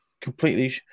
completely